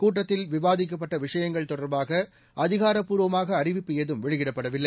கூட்டத்தில் விவாதிக்கப்பட்ட விஷயங்கள் தொடர்பாக அதிகாரப்பூர்வமாக அறிவிப்பு ஏதும் வெளியிடப்படவில்லை